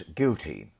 guilty